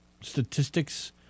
statistics